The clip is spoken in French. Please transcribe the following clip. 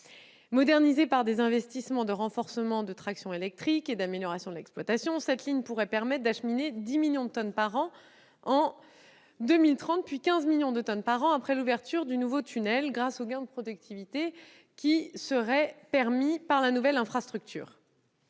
Modernisée par des investissements de renforcement de la traction électrique et d'amélioration de l'exploitation, cette ligne pourrait acheminer 10 millions de tonnes par an en 2030, puis 15 millions de tonnes par an après l'ouverture du nouveau tunnel, grâce aux gains de productivité qui seraient permis par la nouvelle infrastructure.